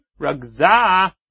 Ragza